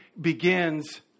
begins